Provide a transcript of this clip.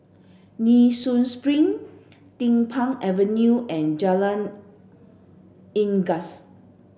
Nee Soon Spring Din Pang Avenue and Jalan Unggas